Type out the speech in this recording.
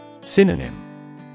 Synonym